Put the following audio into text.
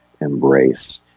embrace